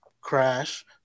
crash